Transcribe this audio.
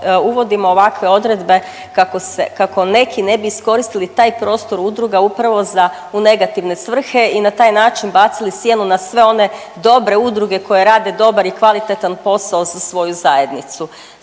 uvodimo ovakve odredbe kako neki ne bi iskoristili taj prostor udruga upravo u negativne svrhe i na taj način bacili sjenu na sve one dobre udruge koje rade dobar i kvalitetan posao za svoju zajednicu.